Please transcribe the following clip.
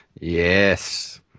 Yes